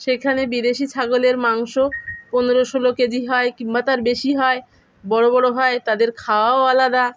সেখানে বিদেশি ছাগলের মাংস পনেরো ষোলো কেজি হয় কিংবা তার বেশি হয় বড়ো বড়ো হয় তাদের খাওয়াও আলাদা